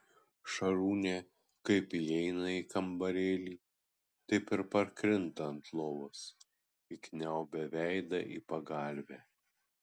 šarūnė kaip įeina į kambarėlį taip ir parkrinta ant lovos įkniaubia veidą į pagalvę